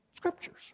Scriptures